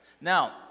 Now